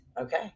Okay